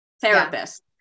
therapist